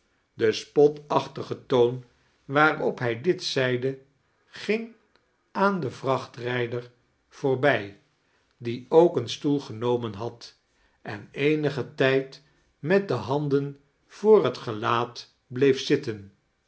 de spotachtige toon waarop hij dit zeide ging aan den vrachtrijder voorbij die ook een stoel genomen had en eenigen tijd met de handen voor het gelaat bleef zitten